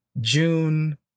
june